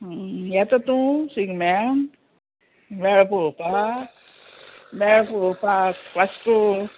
येता तूं शिगम्यान मेळ पळोवपाक मेळ पळोवपाक वाश्को